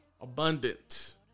abundant